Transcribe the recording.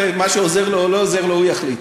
ומה שעוזר לו או לא עוזר לו הוא יחליט.